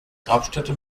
grabstätte